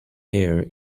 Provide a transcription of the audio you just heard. air